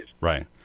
Right